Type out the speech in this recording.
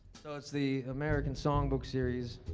so it's the american songbook series,